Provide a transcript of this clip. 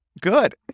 good